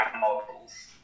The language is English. models